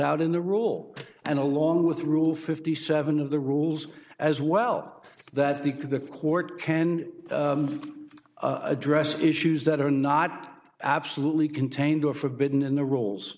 out in the rule and along with rule fifty seven of the rules as well that the the court can address issues that are not absolutely contained or forbidden in the r